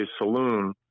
Saloon